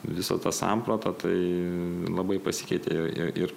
visa ta samprata tai labai pasikeitė ir